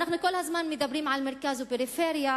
אנחנו כל הזמן מדברים על מרכז ופריפריה,